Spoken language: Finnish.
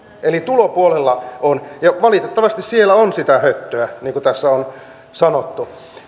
tulopuolella on valitettavasti sitä höttöä niin kuin tässä on sanottu